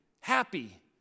happy